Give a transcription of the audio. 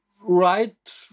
right